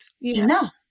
enough